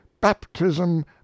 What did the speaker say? baptism